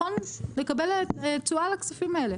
נכון לקבל תשואה על הכספים האלה.